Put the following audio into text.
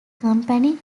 company